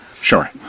Sure